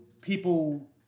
people